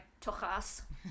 tochas